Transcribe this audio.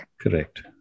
Correct